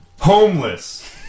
Homeless